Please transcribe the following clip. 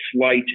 flight